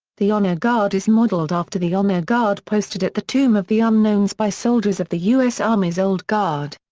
the honor guard is modeled after the honor guard posted at the tomb of the unknowns by soldiers of the u s. army's old guard.